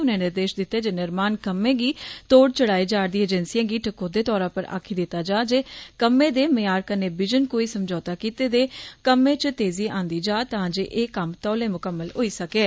उनें निर्देश दित्ता जे निर्माण कम्मै गी तोड़ चाढ़ा'रदिए एजंसिए गी टकोह्दे तौरा पर आक्खी दित्ता जां जे कम्मै दे म्यार कन्नै बिजन कोई समझौता कीते दे कम्मै च तेजी आंदी जा तां जे एह् कम्म तौले मुकम्मल होई सकै